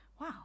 wow